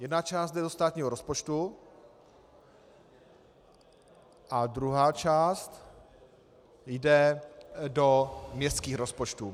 Jedna část jde do státního rozpočtu a druhá část jde do městských rozpočtů.